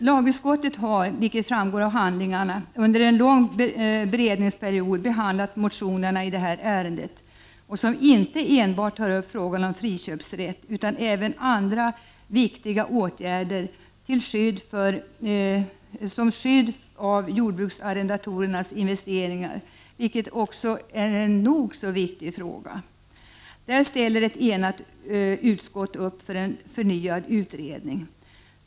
Lagutskottet har — det framgår av handlingarna — under en lång beredningsperiod behandlat motionerna i detta ärende, som inte enbart tar upp frågan om friköpsrätt utan även andra viktiga åtgärder för skydd av jordbruksarrendatorers investeringar, vilket också är en nog så viktig fråga. Där ställer ett enat utskott upp för en förnyad utredning.